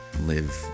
live